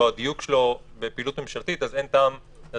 מה יהיה בעוד חודש, הלוואי